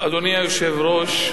אדוני היושב-ראש,